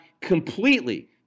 completely